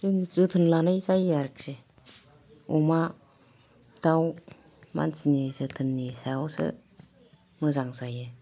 जों जोथोन लानाय जायो आरखि अमा दाव मानसिनि जोथोननि सायावसो मोजां जायो